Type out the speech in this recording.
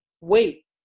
wait